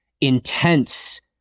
intense